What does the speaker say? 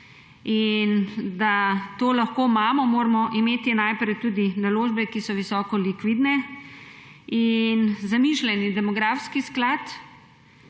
Da to lahko imamo, moramo imeti najprej tudi naložbe, ki so visoko likvidne. Zamišljeni demografski sklad